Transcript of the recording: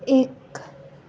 एक